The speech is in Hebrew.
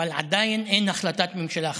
אבל עדיין אין החלטת ממשלה חדשה.